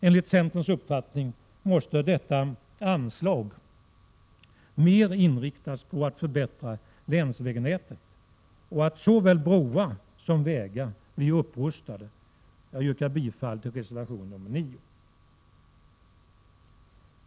Enligt centerns uppfattning måste detta anslag mer inriktas på att förbättra länsvägnätet och på att upprusta såväl broar som vägar. Jag yrkar bifall till reservation nr 9.